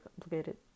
complicated